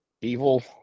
evil